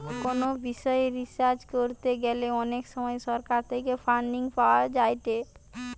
কোনো বিষয় রিসার্চ করতে গ্যালে অনেক সময় সরকার থেকে ফান্ডিং পাওয়া যায়েটে